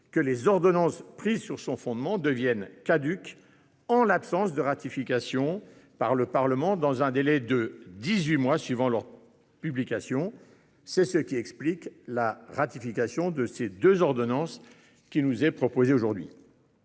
que les ordonnances prises sur son fondement deviennent caduques en l'absence de ratification par le Parlement dans un délai de dix-huit mois suivant leur publication. Voilà pourquoi la ratification de ces deux ordonnances nous est proposée aujourd'hui.